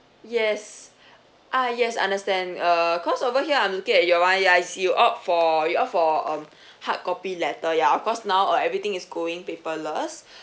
yes ah yes understand uh cause over here I'm looking at your [one] ya I see you opt for you opt for um hardcopy letter ya of course now uh everything is going paperless